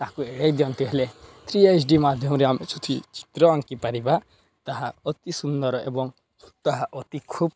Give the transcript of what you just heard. ତାକୁ ଏଡ଼େଇ ଦିଅନ୍ତି ହେଲେ ଥ୍ରୀ ଏଚ ଡି ମାଧ୍ୟମରେ ଆମେ ଯଦି ଚିତ୍ର ଆଙ୍କିପାରିବା ତାହା ଅତି ସୁନ୍ଦର ଏବଂ ତାହା ଅତି ଖୁବ୍